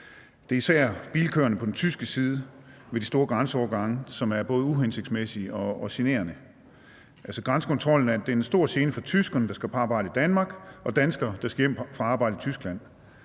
Det er især bilkøerne på den tyske side ved de store grænseovergange, som er både uhensigtsmæssige og generende. Grænsekontrollen er en stor gene for tyskerne, der skal på arbejde i Danmark, og for danskere, der skal hjem fra arbejde i Tyskland;